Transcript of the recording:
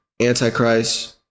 antichrist